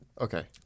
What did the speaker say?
Okay